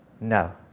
No